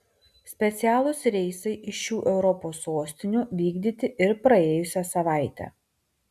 specialūs reisai iš šių europos sostinių vykdyti ir praėjusią savaitę